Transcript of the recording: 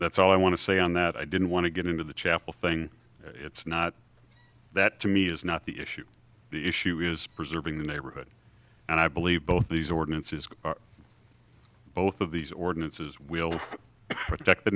that's all i want to say on that i didn't want to get into the chapel thing it's not that to me is not the issue the issue is preserving the neighborhood and i believe both these ordinances both of these ordinances will protect the